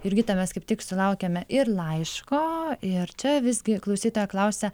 jurgita mes kaip tik sulaukėme ir laiško ir čia visgi klausytoja klausia